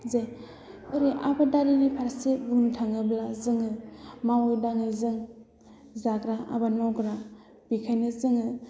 जे आबादारिनि फारसे बुंनो थाङोब्ला जोङो मावै दाङै जों जाग्रा आबाद मावग्रा बेनिखायनो जोङो